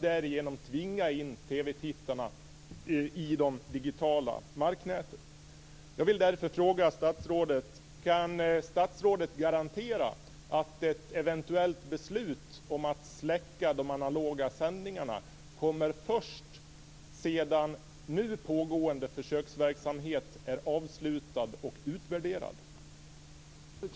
Därigenom tvingar man in TV-tittarna i det digitala marknätet.